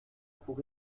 pour